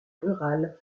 rurale